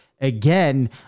again